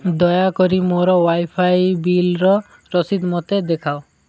ଦୟାକରି ମୋର ୱାଇଫାଇ ବିଲ୍ର ରସିଦ ମୋତେ ଦେଖାଅ